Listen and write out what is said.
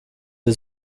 wir